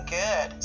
good